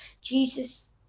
Jesus